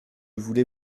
voulais